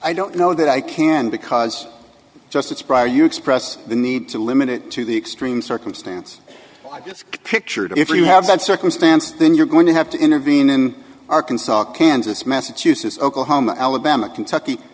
i don't know that i can because justice breyer you express the need to limit it to the extreme circumstance i just pictured if you have that circumstance then you're going to have to intervene in arkansas kansas massachusetts oklahoma alabama kentucky